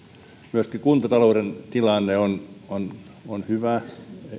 myöskin kuntatalouden tilanne on hyvä